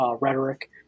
rhetoric